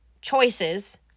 choices